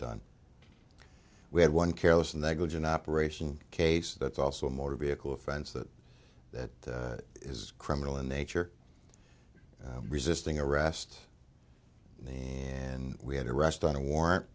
done we had one careless negligent operation case that's also a motor vehicle offense that that is criminal in nature resisting arrest and we had arrest on a warrant